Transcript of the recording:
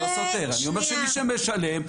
אני אומר שמי שמשלם,